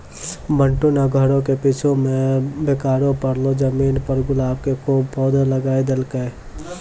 बंटू नॅ घरो के पीछूं मॅ बेकार पड़लो जमीन पर गुलाब के खूब पौधा लगाय देलकै